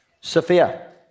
Sophia